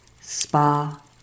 spa